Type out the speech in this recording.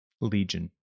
Legion